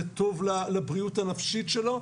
זה טוב לבריאות הנפשית שלו,